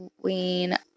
Queen